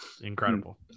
incredible